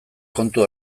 kontu